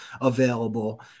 available